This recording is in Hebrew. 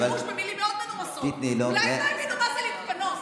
בן אדם הלך להתפנות.